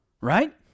right